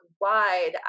wide